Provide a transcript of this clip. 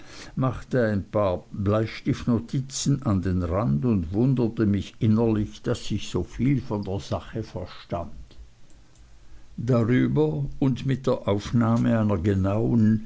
machte ein paar bleistiftnotizen an den rand und wunderte mich innerlich daß ich so viel von der sache verstand darüber und mit der aufnahme einer genauen